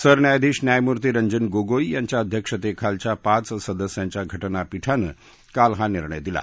सरन्यायाधीश न्यायमूर्ती रंजन गोगोई यांच्या अध्यक्षतेखालच्या पाच सदस्यांच्या घटनापीठानं काल हा निर्णय दिला